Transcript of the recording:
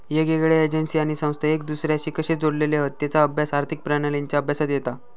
येगयेगळ्या एजेंसी आणि संस्था एक दुसर्याशी कशे जोडलेले हत तेचा अभ्यास आर्थिक प्रणालींच्या अभ्यासात येता